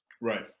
Right